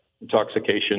intoxication